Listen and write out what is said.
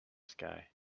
sky